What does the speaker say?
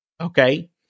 okay